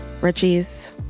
Richie's